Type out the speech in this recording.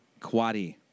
Kwadi